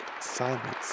Silence